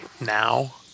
now